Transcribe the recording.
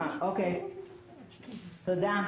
תודה.